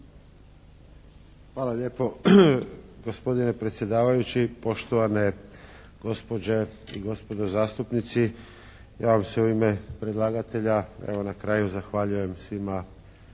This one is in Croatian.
Hvala lijepo. Gospodine predsjedavajući, poštovane gospođe i gospodo zastupnici. Ja vam se u ime predlagatelja evo na kraju zahvaljujem svima